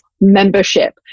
membership